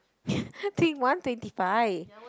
think one twenty five